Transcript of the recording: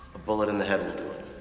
a bullet in the head will do